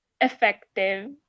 effective